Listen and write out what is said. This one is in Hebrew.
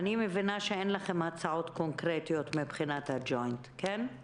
אני מבינה שמבחינת הג'וינט אין לכם